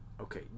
Okay